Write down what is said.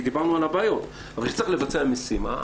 כי דיברנו על הבעיות אבל כשצריך לבצע משימה,